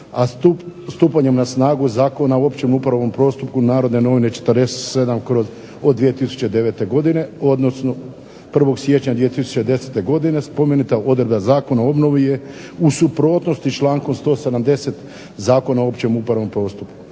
a stupanjem na snagu Zakona o općem upravnom postupku NN/47/2009. godine, odnosno 1. siječnja 2010. godine spomenuta odredba Zakona o obnovi je u suprotnosti s člankom 170. Zakona o općem upravnom postupku.